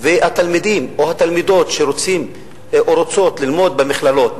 תלמידים או תלמידות שרוצים או רוצות ללמוד במכללות,